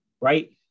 right